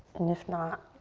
if not,